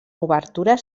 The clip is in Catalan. obertures